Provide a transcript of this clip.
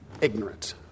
ignorant